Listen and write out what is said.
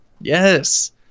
yes